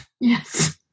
Yes